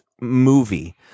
movie